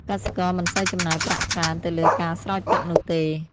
កសិករមិនសូវចំណាយប្រាក់ច្រើនទៅលើការស្រោចទឹកនោះទេ។